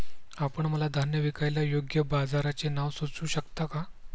आपण मला धान्य विकायला योग्य बाजाराचे नाव सुचवू शकता का?